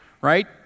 right